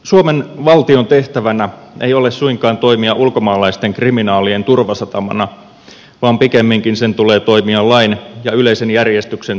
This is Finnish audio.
suomen valtion tehtävänä ei ole suinkaan toimia ulkomaalaisten kriminaalien turvasatamana vaan pikemminkin sen tulee toimia lain ja yleisen järjestyksen takaajana yhteiskunnassa